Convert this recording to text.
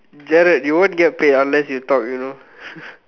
Gerald you won't get paid unless you talk you know